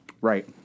right